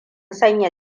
sanya